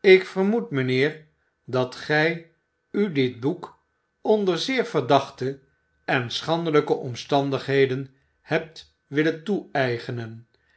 ik vermoed mijnheer dat gij u dit boek onder zeer verdachte en schandelijke omstandigheden hebt willen toeëigenen